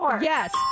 yes